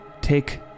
take